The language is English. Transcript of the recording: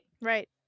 Right